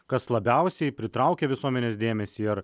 kas labiausiai pritraukia visuomenės dėmesį ar